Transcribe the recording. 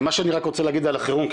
מה שאני רוצה להגיד על החירום,